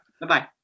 Bye-bye